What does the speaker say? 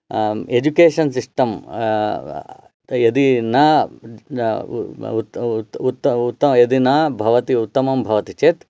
education system यदि न उ उत्त उत्त यदि न भवति उत्तमं भवति चेत्